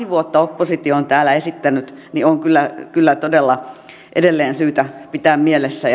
vuotta oppositio on täällä esittänyt on kyllä kyllä todella edelleen syytä pitää mielessä